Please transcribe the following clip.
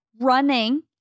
running